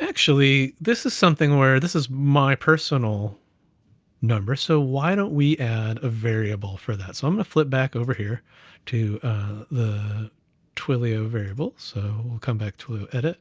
actually, this is something where, this is my personal number, so why don't we add a variable for that? so i'm gonna flip back over here to the twilio variables. so we'll come back to edit,